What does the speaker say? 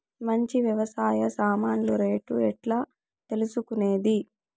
మంచి వ్యవసాయ సామాన్లు రేట్లు ఎట్లా తెలుసుకునేది?